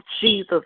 Jesus